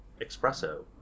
espresso